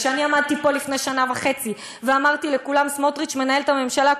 כשאני עמדתי פה לפני שנה וחצי ואמרתי לכולם: סמוטריץ מנהל את הממשלה,